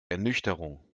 ernüchterung